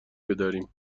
بداریم